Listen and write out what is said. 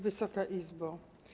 Wysoka Izbo!